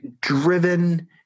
driven